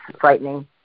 frightening